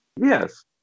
Yes